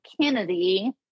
Kennedy